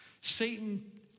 Satan